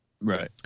Right